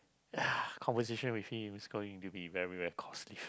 ya conversation with him it's going to be very very costly